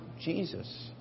Jesus